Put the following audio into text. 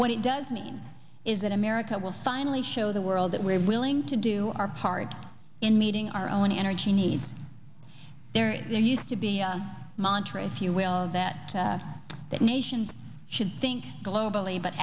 what it does mean is that america will finally show the world that we're willing to do our part in meeting our own energy needs there there used to be monterey if you will that that nation should think globally but